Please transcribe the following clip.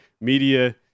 media